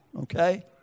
okay